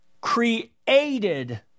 created